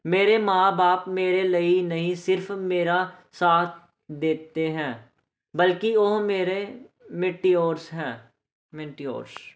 ਮੇਰੇ ਮਾਂ ਬਾਪ ਮੇਰੇ ਲਈ ਨਹੀਂ ਸਿਰਫ਼ ਮੇਰਾ ਸਾਥ ਦੇਤੇ ਹੈ ਬਲਕਿ ਉਹ ਮੇਰੇ ਮਟਿਓਰਸ ਹੈ ਮੰਟਿਓਰਸ